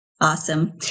Awesome